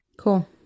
Cool